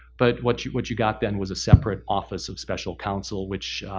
but what you what you got then was a separate office of special counsel which,